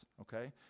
okay